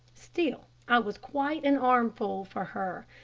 still i was quite an armful for her.